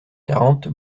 quarante